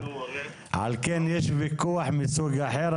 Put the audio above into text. על כן יש ויכוח מסוג אחר.